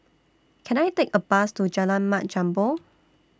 Can I Take A Bus to Jalan Mat Jambol